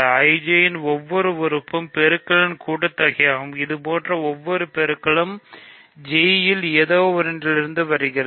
IJயின் ஒவ்வொரு உறுப்பு பெருக்கல்களின் கூட்டுத்தொகையாகும் இதுபோன்ற ஒவ்வொரு பெருக்கல்களும் J ல் ஏதோவொன்றிலிருந்து வருகிறது